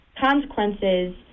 consequences